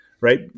right